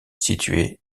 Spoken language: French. située